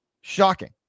shocking